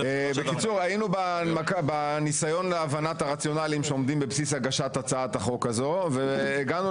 היינו בניסיון להבנת הרציונלים שעומדים בבסיס הגשת הצעת החוק הזו והגענו